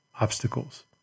obstacles